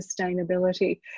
sustainability